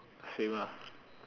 same ah